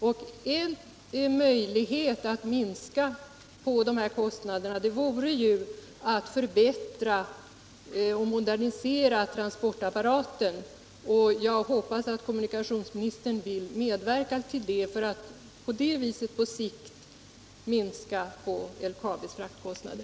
En möjlighet att minska dessa kostnader vore att förbättra och modernisera transportapparaten. Jag hoppas att kommunikationsministern vill medverka till det för att på sikt minska LKAB:s fraktkostnader.